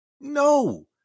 No